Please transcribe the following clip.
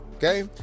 Okay